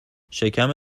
شکم